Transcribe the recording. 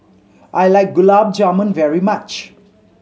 I like Gulab Jamun very much